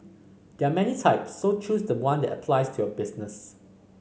there are many types so choose the one that applies to your business